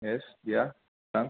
येस या सांग